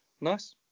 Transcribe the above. nice